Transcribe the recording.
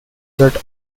that